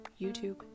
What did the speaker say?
YouTube